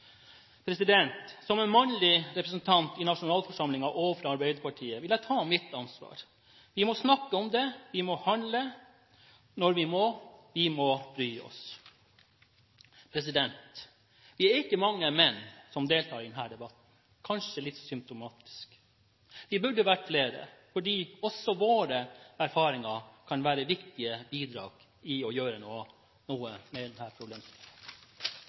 ikke er en privat affære. Det er et ansvar vi alle må ta, selv om det første steget kan være vel høyt. Som mannlig representant i nasjonalforsamlingen og fra Arbeiderpartiet vil jeg ta mitt ansvar. Vi må snakke om det, vi må handle når vi må – vi må bry oss. Vi er ikke mange menn som deltar i denne debatten, kanskje litt symptomatisk. Vi burde vært flere, for også våre erfaringer kan være viktige bidrag